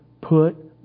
put